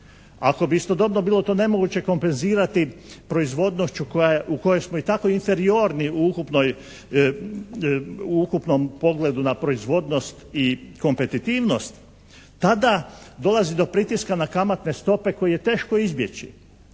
ako bi istodobno bilo to nemoguće kompenzirati proizvodnošću u kojoj smo i tako inferiorni u ukupnom pogledu na proizvodnost i kompetitivnost, tada dolazi do pritiska na kamatne stope koji je teško izbjeći.